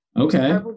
okay